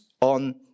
on